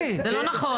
זה לא נכון.